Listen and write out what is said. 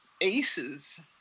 aces